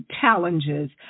challenges